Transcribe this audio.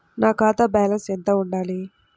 నా ఖాతా బ్యాలెన్స్ ఎంత ఉండాలి?